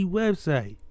website